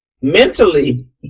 mentally